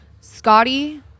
Scotty